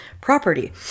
property